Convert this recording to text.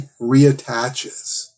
reattaches